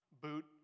Boot